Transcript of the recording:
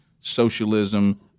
socialism